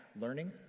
learning